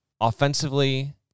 offensively